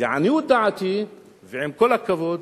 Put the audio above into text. לעניות דעתי ועם כל הכבוד,